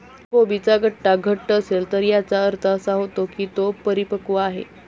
जर कोबीचा गड्डा घट्ट असेल तर याचा अर्थ असा होतो की तो परिपक्व आहे